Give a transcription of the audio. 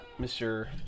Mr